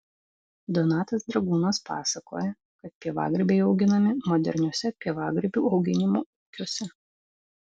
donatas dragūnas pasakoja kad pievagrybiai auginami moderniuose pievagrybių auginimo ūkiuose